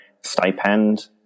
stipend